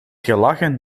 gelachen